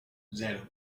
zero